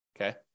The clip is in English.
Okay